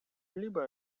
либо